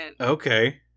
Okay